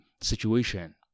situation